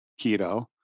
keto